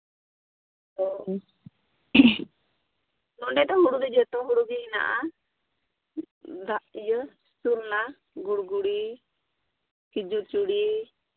ᱚ ᱱᱚᱸᱰᱮ ᱫᱚ ᱦᱩᱲᱩ ᱫᱚ ᱡᱚᱛᱚ ᱦᱩᱲᱩ ᱜᱮ ᱦᱮᱱᱟᱜᱼᱟ ᱫᱟᱜ ᱤᱭᱟᱹ ᱥᱚᱨᱱᱟ ᱜᱩᱲᱜᱩᱲᱤ ᱠᱷᱤᱪᱩᱨ ᱪᱩᱲᱤ